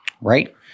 Right